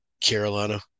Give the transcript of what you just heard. Carolina